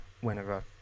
whenever